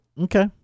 Okay